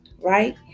right